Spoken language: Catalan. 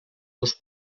dos